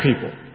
people